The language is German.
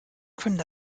können